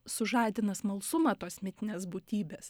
sužadina smalsumą tos mitinės būtybės